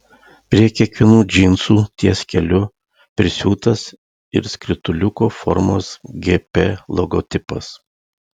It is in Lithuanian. prie kiekvienų džinsų ties keliu prisiūtas ir skrituliuko formos gp logotipas